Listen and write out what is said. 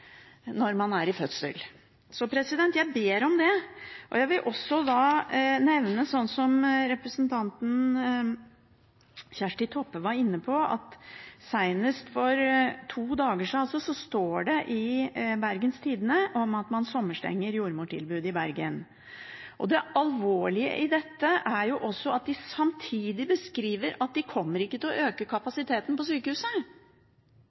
når man er i fødsel. Derfor ber jeg om dette. Jeg vil også nevne, som representanten Kjersti Toppe var inne på, at det senest for to dager siden sto i Bergens Tidende at man sommerstenger jordmortilbudet i Bergen. Det alvorlige i dette er også at de samtidig beskriver at de ikke kommer til å øke kapasiteten på sykehuset.